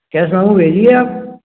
कैसा हूँ भेजिए आप